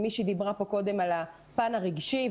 מישהי דיברה פה קודם על הפן הרגשי.